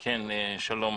שלום.